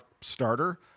starter